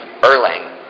Erlang